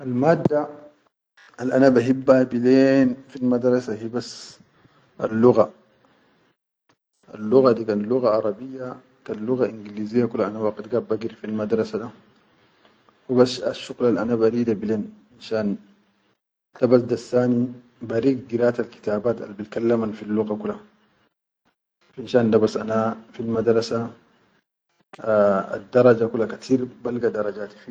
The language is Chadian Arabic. Al mat da al ana bahibba bilen fi madarasa hibas al lugga, al luggadi kan lugga arabiya kan lugga ingiliziya ana waqit gaid ba giri fil madaras da hubas asshuqulal ana ba rida bilen finshan ke bas dassani ba rid kitabat al bi kallaman lugga kula. Finshan da bas ana fil madarasa addaraja kula katir balga darajati.